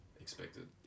expected